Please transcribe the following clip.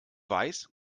weiß